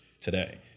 today